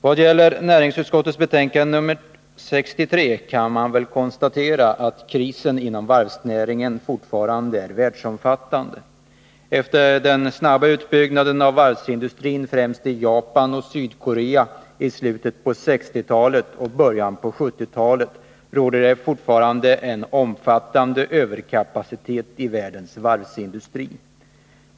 Vad gäller näringsutskottets betänkande nr 63 kan konstateras att krisen inom varvsnäringen fortfarande är världsomfattande. Efter en snabb utbyggnad av varvsindustrin främst i Japan och Sydkorea i slutet på 60-talet och början av 70-talet råder det fortfarande en omfattande överkapacitet i världens varvsindustri.